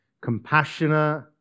compassionate